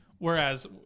Whereas